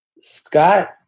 Scott